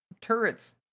turrets